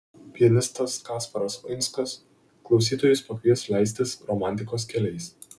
pianistas kasparas uinskas klausytojus pakvies leistis romantikos keliais